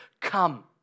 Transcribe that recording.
come